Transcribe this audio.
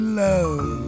love